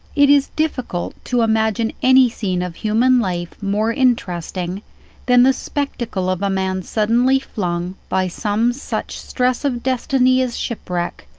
it is difficult to imagine any scene of human life more interesting than the spectacle of a man suddenly flung, by some such stress of destiny as shipwreck,